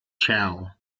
chau